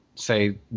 say